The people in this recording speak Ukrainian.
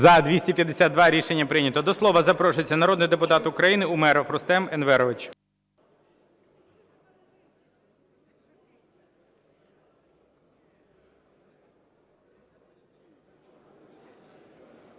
За-251 Рішення прийнято. До слова запрошується народний депутат України Умєров Рустем Енверович.